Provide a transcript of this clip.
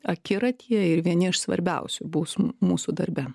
akiratyje ir vieni iš svarbiausių bus mūsų darbe